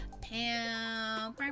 Pam